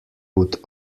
would